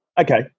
Okay